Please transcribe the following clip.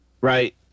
Right